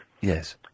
Yes